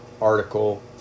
article